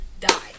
die